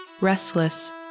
restless